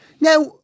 Now